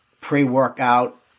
pre-workout